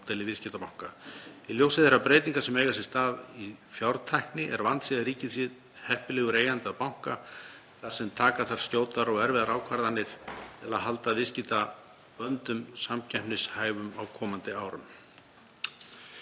Í ljósi þeirra breytinga sem eiga sér stað í fjártækni er vandséð að ríkið sé heppilegasti eigandi að banka þar sem taka þarf skjótar og erfiðar ákvarðanir til að halda viðskiptaböndum samkeppnishæfum á komandi árum.“